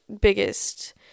biggest